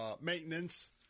maintenance